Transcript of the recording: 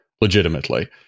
legitimately